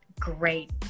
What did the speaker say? great